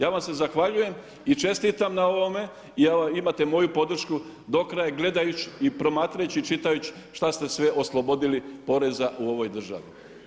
Ja vam se zahvaljujem i čestitam na ovome, imate moju podršku, do kraja, gledajući promatrajući, čitajući što ste sve oslobodili poreza u ovoj državi.